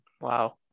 Wow